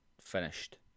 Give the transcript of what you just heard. finished